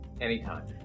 Anytime